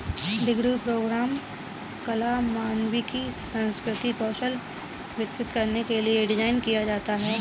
degree programme कला, मानविकी, सांस्कृतिक कौशल विकसित करने के लिए डिज़ाइन किया है